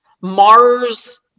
Mars